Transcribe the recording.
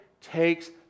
takes